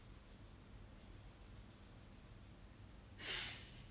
but miss B will always be able to pay her rent regardless of no job